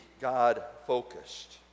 God-focused